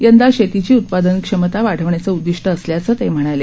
यंदा शेतीची उत्पादनक्षमता वाढवण्याचं उद्दिष्ट असल्याचं ते म्हणाले